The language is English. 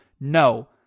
No